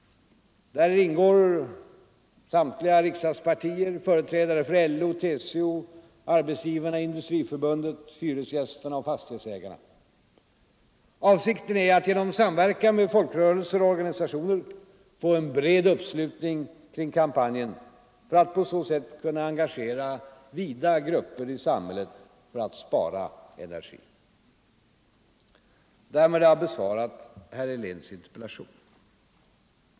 Däri ingår representanter för samtliga riksdagspartier, företrädare för LO, TCO, Svenska arbetsgivareföreningen, Sveriges industriförbund samt Hyresgästernas riksförbund och Sveriges fastighetsägareförbund. Avsikten är att genom samverkan med folkrörelser och organisationer få en bred uppslutning kring kampanjen för att på så sätt kunna engagera vida grupper i samhället för att spara energi. Därmed har jag besvarat herr Heléns interpellation.